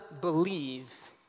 believe